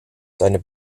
seine